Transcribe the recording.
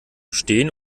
stehen